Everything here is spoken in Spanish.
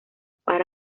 para